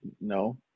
No